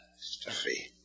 Stuffy